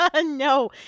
no